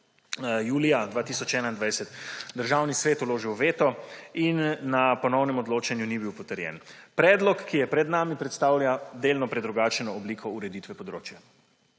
julija 2021, Državni svet vložil veto in na ponovnem odločanju ni bil potrjen. Predlog, ki je pred nami, predstavlja delno predrugačeno obliko ureditve področja.